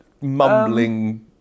mumbling